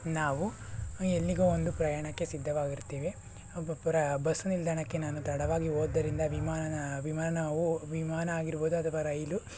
ನಾವು ಎಲ್ಲಿಗೋ ಒಂದು ಪ್ರಯಾಣಕ್ಕೆ ಸಿದ್ಧವಾಗಿರ್ತೀವಿ ಒಬ್ಬೊಬ್ಬರ ಬಸ್ ನಿಲ್ದಾಣಕ್ಕೆ ನಾನು ತಡವಾಗಿ ಹೋದ್ದರಿಂದ ವಿಮಾನ ವಿಮಾನವು ವಿಮಾನ ಆಗಿರ್ಬೋದು ಅಥವಾ ರೈಲು